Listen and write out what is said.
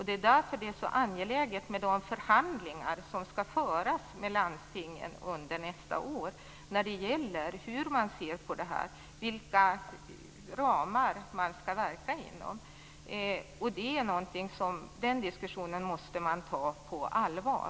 Det är därför som det är så angeläget med de förhandlingar som skall föras med landstingen under nästa år när det gäller hur man ser på det här och vilka ramar man skall verka inom. Den diskussionen måste vi ta på allvar.